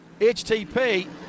HTP